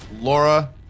Laura